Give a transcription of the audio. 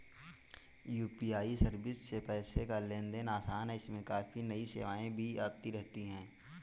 UPI service से पैसे का लेन देन आसान है इसमें काफी नई सेवाएं भी आती रहती हैं